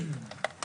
חברה ממשלתית